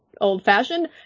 old-fashioned